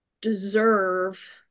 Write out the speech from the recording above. deserve